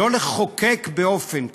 לא לחוקק באופן כזה.